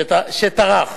שטרח